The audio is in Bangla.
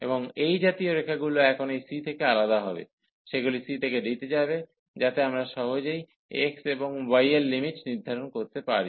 এবং এই জাতীয় রেখাগুলি এখন এই c থেকে আলাদা হবে সেগুলি c থেকে d তে যাবে যাতে আমরা সহজেই x এবং y এর লিমিট নির্ধারণ করতে পারি